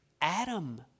Adam